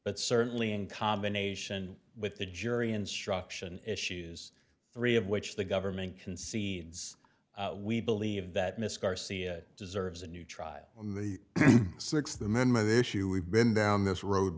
but certainly in combination with the jury instruction issues three of which the government can see we believe that miss garcia deserves a new trial on the sixth amendment issue we've been down this road